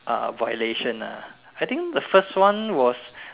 uh violation ah I think the first one was